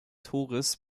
tores